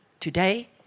Today